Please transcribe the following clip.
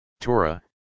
Torah